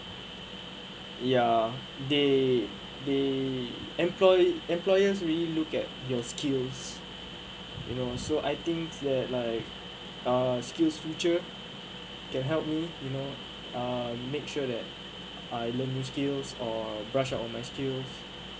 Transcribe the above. ya they they employ~ employers really look at your skills you know so I think that like uh skillsfuture can help me you know uh make sure that I learned new skills or brush up on my skills